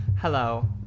Hello